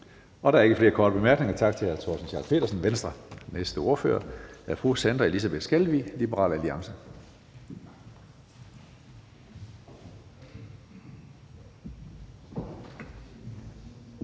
Der er ikke flere korte bemærkninger. Tak til hr. Torsten Schack Pedersen, Venstre. Den næste ordfører er fru Sandra Elisabeth Skalvig, Liberal Alliance.